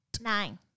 Nine